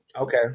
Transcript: Okay